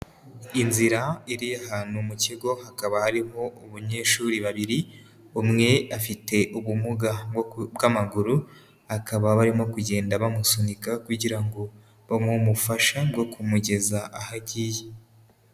Inzira iri ahantu mu kigo hakaba harimo abanyeshuri babiri, umwe afite ubumuga bw'amaguru bakaba barimo kugenda bamusunika kugira ngo bamufashe no kumugeza aho agiye.